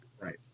Right